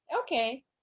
Okay